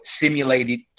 simulated